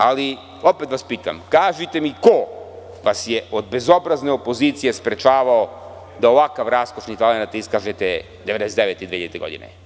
Ali, opet vas pitam, kažite mi ko vas je od bezobrazne opozicije sprečavao da ovakav raskošni talenat iskažete 1999. i 2000. godine?